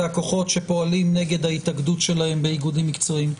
הכוחות שפועלים נגד ההתאגדות שלהם באיגודים מקצועיים.